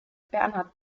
bernhard